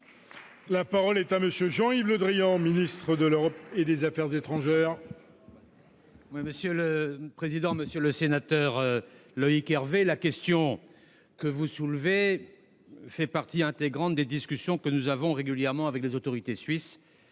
La parole est à M. le ministre de l'Europe et des affaires étrangères. Monsieur le sénateur Loïc Hervé, la question que vous soulevez fait partie intégrante des discussions que nous avons régulièrement avec les autorités suisses,